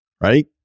right